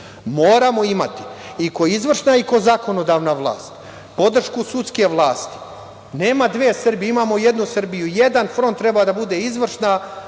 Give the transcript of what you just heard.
moramo imati i kao izvršna i kao zakonodavna vlast, podršku sudske vlasti. Nema dve Srbije, imamo jednu Srbiju. Jedan front treba da bude izvršna